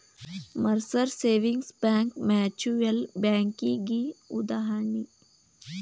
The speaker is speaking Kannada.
ಮರ್ಸರ್ ಸೇವಿಂಗ್ಸ್ ಬ್ಯಾಂಕ್ ಮ್ಯೂಚುಯಲ್ ಬ್ಯಾಂಕಿಗಿ ಉದಾಹರಣಿ